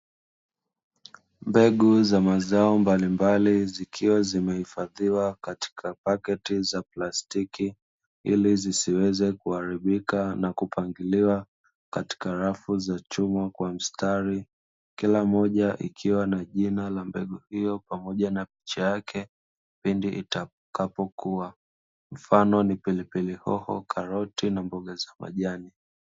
Mbegu za mazao mbalimbali zikiwa zimehifadhiwa katika pakti za plastiki ili zisiweze kuharibika na kupangiliwa katika rafu za chuma kwa mstari kila moja ikiwa na jina la mbegu hiyo pamoja na picha yake pindi itakapokua, mfano ni pilipili hoho, karoti na mboga za majani.